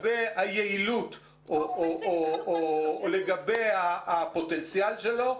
-- אחרי זה --- לה -- את דעתו לגבי היעילות או לגבי הפוטנציאל שלו,